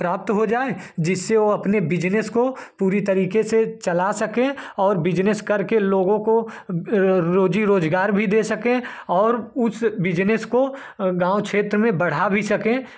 प्राप्त हो जाए जिससे वो अपने बिजनेस को पूरी तरीके से चला सके और बिजनेस करके लोगों को रोजी रोजगार भी दे सके और उस बिजनेस को गाँव क्षेत्र में बढ़ा भी सकें